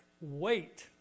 wait